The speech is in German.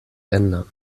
ändern